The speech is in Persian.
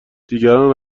دیگران